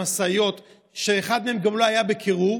המשאיות שאחת מהן גם לא הייתה בקירור,